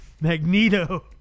Magneto